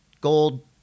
gold